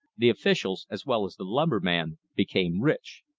the officials, as well as the lumberman, became rich.